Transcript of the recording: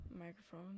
microphone